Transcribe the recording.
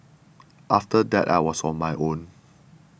after that I was on my own